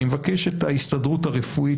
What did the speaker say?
אני מבקש את ההסתדרות הרפואית,